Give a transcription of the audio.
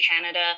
Canada